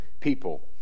people